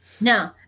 No